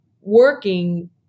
working